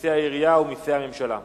מסי העירייה ומסי הממשלה (פטורין)